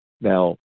Now